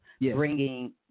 bringing